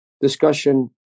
discussion